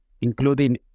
including